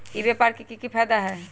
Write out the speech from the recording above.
ई व्यापार के की की फायदा है?